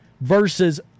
versus